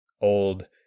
old